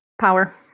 Power